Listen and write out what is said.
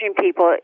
people